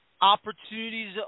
opportunities